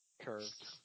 Curved